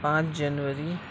پانچ جنوری